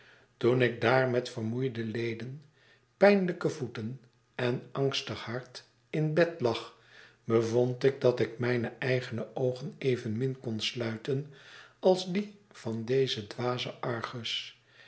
toen ik daar met vermoeide leden pijnlijke voeten en angstig hart in bed lag bevondik datikmijne eigene oogen evenmin kon sluiten als die van dezen dwazen argus